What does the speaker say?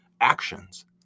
actions